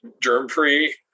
germ-free